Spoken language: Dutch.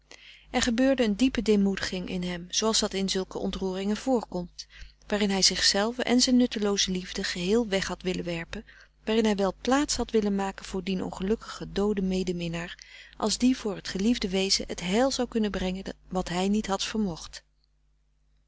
er gebeurde een diepe deemoediging in hem zooals dat in zulke ontroeringen voorkomt waarin hij zichzelve en zijn nuttelooze liefde geheel weg had willen werpen waarin hij wel plaats had willen maken voor dien ongelukkigen dooden medeminnaar als die voor het geliefde wezen het heil zou kunnen brengen wat hij niet had vermocht